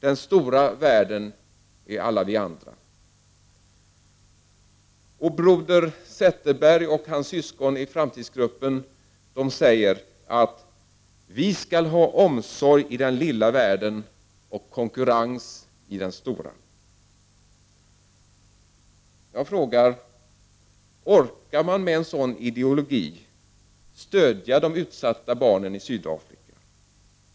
Den stora världen är alla vi andra. Och broder Zetterberg och de andra syskonen i framtidsgruppen säger: ”Vi skall ha omsorg i den lilla världen och konkurrens i den stora.” Jag frågar: Orkar man med en sådan ideologi stödja de utsatta barnen i Sydafrika?